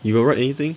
you got write anything